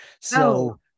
So-